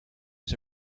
was